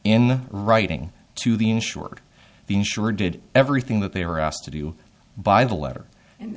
in writing to the insured the insurer did everything that they were asked to do by the letter